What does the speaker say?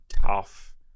tough